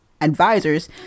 advisors